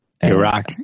Iraq